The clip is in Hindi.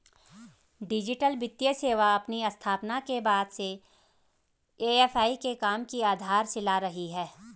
डिजिटल वित्तीय सेवा अपनी स्थापना के बाद से ए.एफ.आई के काम की आधारशिला रही है